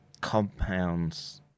compounds